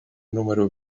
número